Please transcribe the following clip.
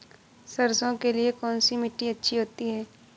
सरसो के लिए कौन सी मिट्टी अच्छी होती है?